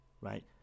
right